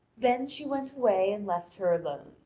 then she went away and left her alone.